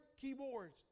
keyboards